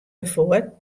ervoor